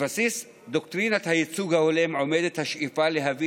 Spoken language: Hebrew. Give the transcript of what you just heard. בבסיס דוקטרינת הייצוג ההולם עומדת השאיפה להביא